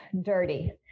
dirty